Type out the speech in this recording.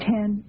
Ten